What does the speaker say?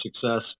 success